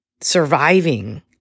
surviving